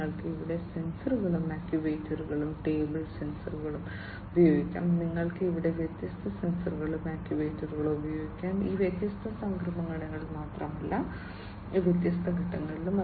നിങ്ങൾക്ക് ഇവിടെ സെൻസറുകളും ആക്യുവേറ്ററുകളും ടേബിൾ സെൻസറുകൾ ഉപയോഗിക്കാം നിങ്ങൾക്ക് ഇവിടെ വ്യത്യസ്ത സെൻസറുകളും ആക്യുവേറ്ററുകളും ഉപയോഗിക്കാം ഈ വ്യത്യസ്ത സംക്രമണങ്ങളിൽ മാത്രമല്ല ഈ വ്യത്യസ്ത ഘട്ടങ്ങളിലും